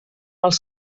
els